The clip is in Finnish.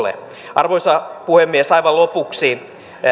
arvoisa puhemies aivan lopuksi